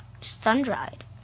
sun-dried